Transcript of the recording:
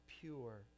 pure